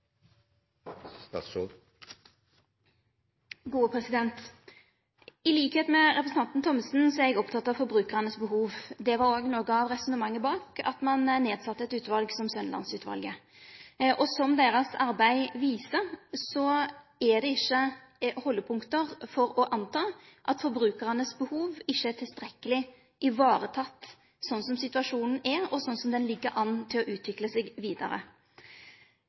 eg oppteken av behovet til forbrukarane. Det var òg noko av resonnementet bak at ein sette ned eit utval som Sønneland-utvalet. Som deira arbeid viste, er det ikkje haldepunkt for å anta at behovet til forbrukarane ikkje er tilstrekkeleg vareteke sånn som situasjonen er, og sånn som han ligg an til å utvikle seg vidare.